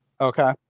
Okay